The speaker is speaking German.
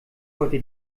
heute